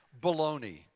Baloney